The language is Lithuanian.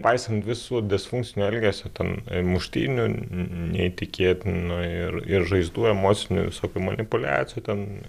paisant visų disfunkcinio elgesio ten muštynių neįtikėtinų ir ir žaizdų emociniu visokių manipuliacijų ten